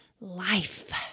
life